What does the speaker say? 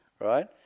right